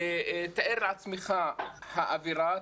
תאר לעצמך האווירה.